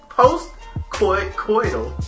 post-coital